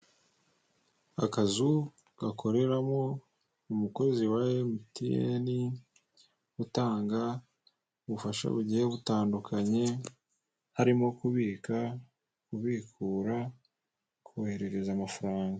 Akazu gakoreramo umukozi wa Emutoyeni utanga ubufasha bugiye butandukanye harimo kubika, kubikura, koherereza amafaranga.